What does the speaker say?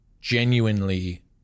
genuinely